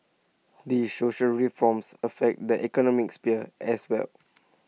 these social reforms affect the economic sphere as well